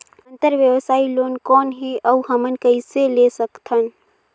अंतरव्यवसायी लोन कौन हे? अउ हमन कइसे ले सकथन?